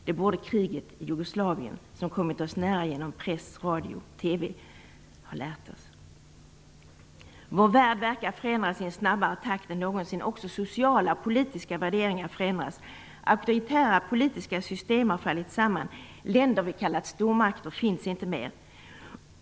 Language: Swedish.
Det borde kriget i Jugoslavien, som kommit oss nära genom press, radio och TV, ha lärt oss. Vår värld verkar förändras i en snabbare takt än någonsin. Också sociala och politiska värderingar förändras. Auktoritära politiska system har fallit samman. Länder vi kallat stormakter finns inte mer.